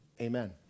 Amen